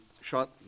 shot